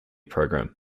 program